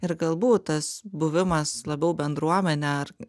ir galbūt tas buvimas labiau bendruomene ar